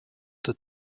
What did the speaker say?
der